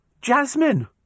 Jasmine